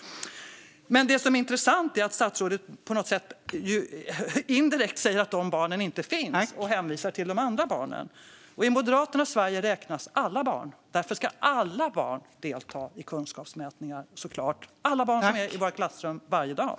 Det intressanta är att statsrådet indirekt säger att de barnen inte finns och hänvisar till de andra barnen. I Moderaternas Sverige räknas alla barn. Därför ska alla barn som finns i klassrummen varje dag såklart delta i kunskapsmätningarna.